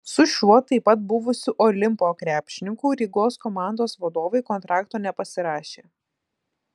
su šiuo taip pat buvusiu olimpo krepšininku rygos komandos vadovai kontrakto nepasirašė